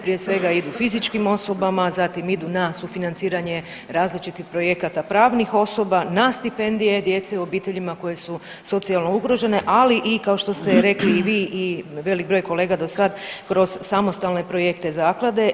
Prije svega idu fizičkim osobama, zatim idu na sufinanciranje različitih projekata pravnih osoba, na stipendije djece u obiteljima koje su socijalno ugrožene ali i kao što ste rekli i vi i velik broj kolega do sad kroz samostalne projekte zaklade.